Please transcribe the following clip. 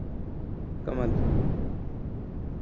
कमल